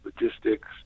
logistics